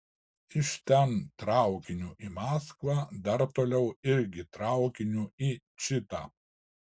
iš ten traukiniu į maskvą dar toliau irgi traukiniu į čitą